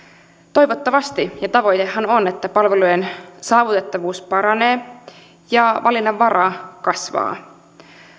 toivottavasti ja tavoitehan on että palvelujen saavutettavuus paranee ja valinnanvara kasvaa